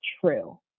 true